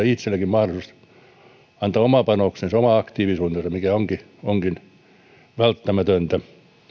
itselleenkin mahdollisuus antaa oma panoksensa oma aktiivisuutensa mikä onkin onkin välttämätöntä